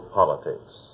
politics